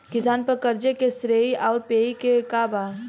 किसान पर क़र्ज़े के श्रेइ आउर पेई के बा?